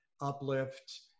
uplift